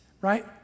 right